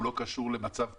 הוא לא קשור למצב פוליטי.